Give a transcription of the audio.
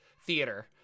theater